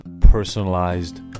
personalized